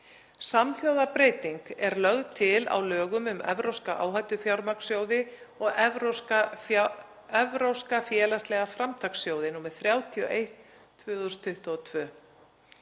Samhljóða breyting er lögð til á lögum um evrópska áhættufjármagnssjóði og evrópska félagslega framtakssjóði, nr. 31/2022.